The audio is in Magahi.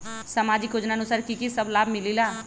समाजिक योजनानुसार कि कि सब लाब मिलीला?